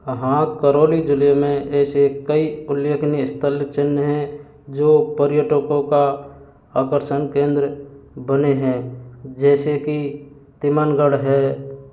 हाँ हाँ करौली ज़िले में ऐसे कईं उल्लेखनीय स्थल चिह्न हैं जो पर्यटकों का आकर्षण केंद्र बने हैं जैसे कि तिमण गढ़ है